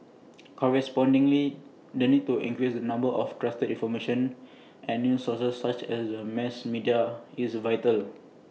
correspondingly the need to increase the number of trusted information and news sources such as the mass media is vital